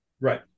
Right